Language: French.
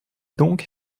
donc